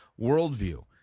worldview